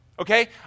okay